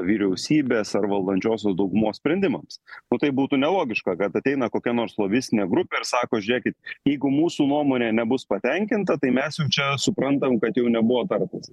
vyriausybės ar valdančiosios daugumos sprendimams nu tai būtų nelogiška kad ateina kokia nors lobistinė grupė ir sako žiūrėkit jeigu mūsų nuomonė nebus patenkinta tai mes jau čia suprantam kad jau nebuvo tartasi